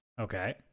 Okay